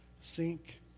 sink